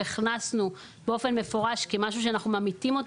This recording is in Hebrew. הכנסנו באופן מפורש כמשהו שאנחנו ממעיטים אותו